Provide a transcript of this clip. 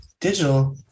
digital